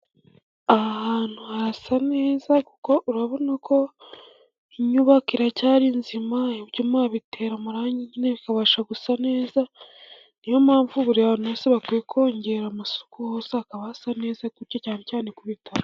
Aha hantu harasa neza, kuko urabona ko inyubako iracyari nzima ibyuma babitera amarangi bikabasha gusa neza, niyo mpamvu buri hantu bakwiye kongera amasuku hose hakaba hasa neza, bityo cyane cyane ku bitaro.